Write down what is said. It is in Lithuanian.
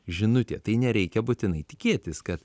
žinutė tai nereikia būtinai tikėtis kad